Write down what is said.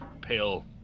pale